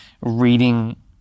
reading